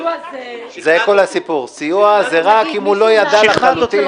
סיוע זה רק אם הוא לא ידע לחלוטין.